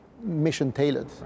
mission-tailored